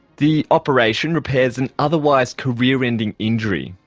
the operation repairs an otherwise career ending injury,